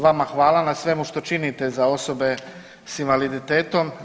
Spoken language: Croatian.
Vama hvala na svemu što činite za osobe sa invaliditetom.